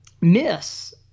miss